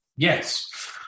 Yes